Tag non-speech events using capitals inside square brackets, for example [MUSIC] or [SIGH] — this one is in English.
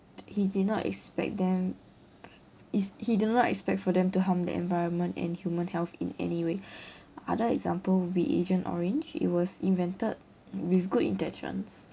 he did not expect them it's he did not expect for them to harm the environment and human health in any way [BREATH] other example would be agent orange it was invented with good intentions